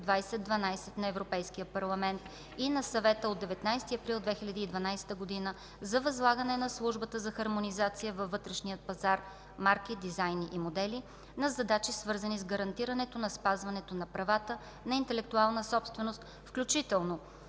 386/2012 на Европейския парламент и на Съвета от 19 април 2012 г. за възлагане на Службата за хармонизация във вътрешния пазар (марки, дизайни и модели) на задачи, свързани с гарантирането на спазването на правата на интелектуална собственост, включително